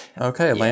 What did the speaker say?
Okay